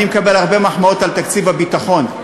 אני מקבל הרבה מחמאות על תקציב הביטחון,